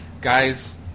guys